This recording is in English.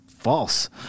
False